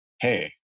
hey